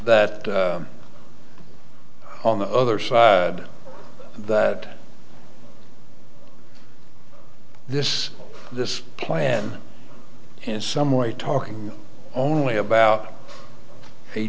that on the other side that this this plan in some way talking only about a